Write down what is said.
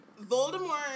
Voldemort